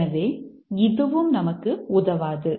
எனவே இதுவும் நமக்கு உதவாது